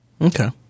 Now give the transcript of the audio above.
Okay